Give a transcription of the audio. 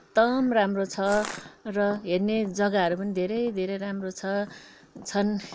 एकदम राम्रो छ र हेर्ने जग्गाहरू पनि धेरै धेरै राम्रो छ छन्